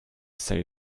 say